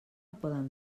poden